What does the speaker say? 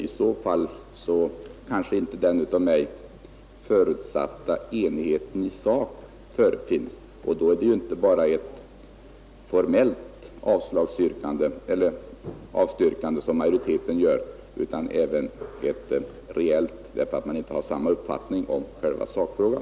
I så fall kanske inte den av mig förutsatta enigheten i sak förefinns, och då är det ju inte bara ett formellt avstyrkande som majoriteten gör utan ett reellt, eftersom man inte har samma uppfattning som vi beträffande själva sakfrågan.